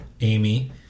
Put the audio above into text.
Amy